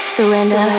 Surrender